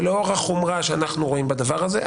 ולאור החומרה שאנחנו רואים בדבר הזה,